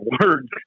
words